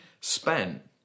spent